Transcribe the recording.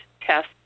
test